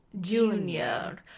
junior